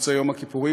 מוצאי יום הכיפורים,